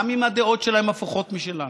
גם אם הדעות שלהם הפוכות משלנו,